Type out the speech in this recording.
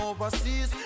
overseas